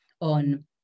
on